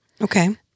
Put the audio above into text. Okay